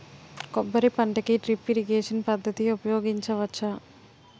కొబ్బరి పంట కి డ్రిప్ ఇరిగేషన్ పద్ధతి ఉపయగించవచ్చా?